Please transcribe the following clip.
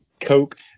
Coke